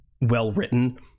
well-written